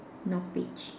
no peach